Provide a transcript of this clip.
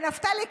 נפתלי,